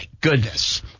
Goodness